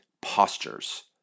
postures